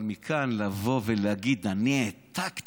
אבל מכאן לבוא ולהגיד שאני העתקתי?